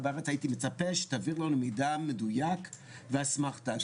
הייתי מצפה שתעבירו מידע מדויק ואסמכתא.